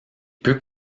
peut